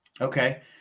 Okay